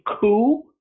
coup